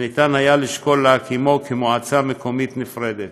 והיה אפשר לשקול להקימו כמועצה מקומית נפרדת.